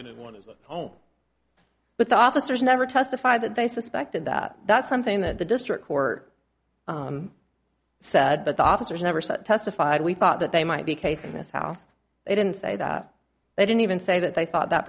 anyone is a home but the officers never testified that they suspected that that's something that the district court said but the officers never satisfied we thought that they might be casing this house they didn't say that they didn't even say that they thought that